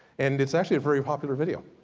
and it's actually a very popular video.